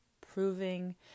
proving